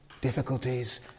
difficulties